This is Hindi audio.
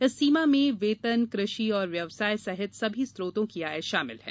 इस सीमा में वेतन कृषि और व्यवसाय सहित सभी स्त्रोतों की आय शामिल है